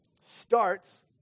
Starts